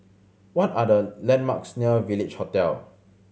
what are the landmarks near Village Hotel